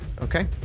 okay